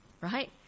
right